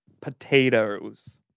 Potatoes